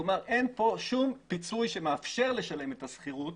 כלומר, אין כאן שום פיצוי שמאפשר לשלם את השכירות.